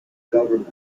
government